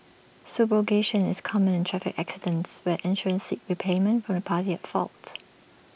subrogation is common in traffic accidents where insurers seek repayment from the party at fault